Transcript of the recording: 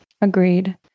Agreed